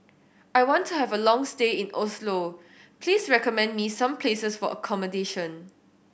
I want to have a long stay in Oslo please recommend me some places for accommodation